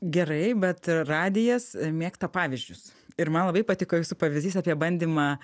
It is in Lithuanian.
gerai bet radijas mėgsta pavyzdžius ir man labai patiko jūsų pavyzdys apie bandymą